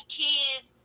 kids